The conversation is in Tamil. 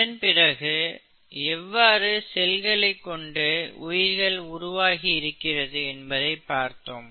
இதன் பிறகு எவ்வாறு செல்களைக் கொண்டு உயிர்கள் உருவாகி இருக்கிறது என்பதை பார்த்தோம்